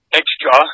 extra